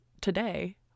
today